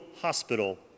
hospital